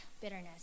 bitterness